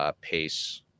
pace